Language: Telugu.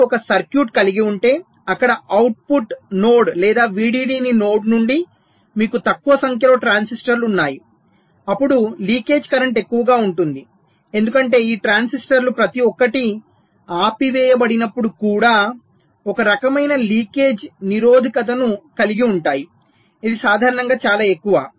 మీరు ఒక సర్క్యూట్ కలిగి ఉంటే అక్కడ అవుట్పుట్ నోడ్ లేదా VDD నోడ్ నుండి మీకు తక్కువ సంఖ్యలో ట్రాన్సిస్టర్లు ఉన్నాయి అప్పుడు లీకేజ్ కరెంట్ ఎక్కువగా ఉంటుంది ఎందుకంటే ఈ ట్రాన్సిస్టర్లు ప్రతి ఒక్కటి ఆపివేయబడినప్పుడు కూడా ఒక రకమైన లీకేజ్ నిరోధకతను కలిగి ఉంటాయి ఇది సాధారణంగా చాలా ఎక్కువ